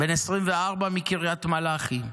בן 24 מקריית מלאכי,